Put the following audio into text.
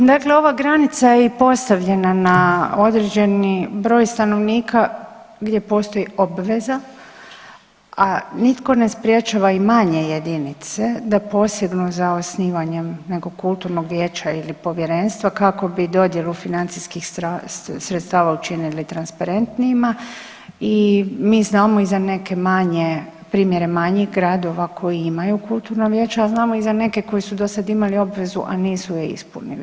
Pa dakle ova granica je i postavljena na određeni broj stanovnika gdje postoji obveza, a nitko ne sprječava i manje jedinice da posegnu za osnivanjem nekog kulturnog vijeća ili povjerenstva kako bi dodjelu financijskih sredstava učinili transparentnijima i mi znamo i za neke manje, primjere manjih gradova koji imaju kulturna vijeća, a znamo i za neke koji su dosad imali obvezu, a nisu je ispunili.